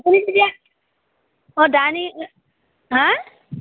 আপুনি কেতিয়া অঁ ডাইনিং হাঁ